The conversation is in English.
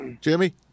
Jimmy